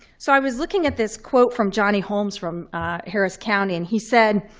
so i was looking at this quote from johnny holmes from harris county. and he said,